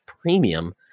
premium